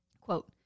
Quote